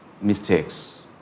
mistakes